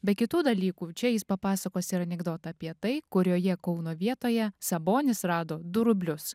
be kitų dalykų čia jis papasakos ir anekdotą apie tai kurioje kauno vietoje sabonis rado du rublius